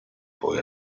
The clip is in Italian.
poi